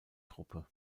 truppe